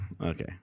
Okay